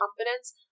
confidence